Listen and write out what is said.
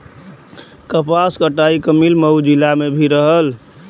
कपास कटाई क मिल मऊ जिला में भी रहल